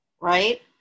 right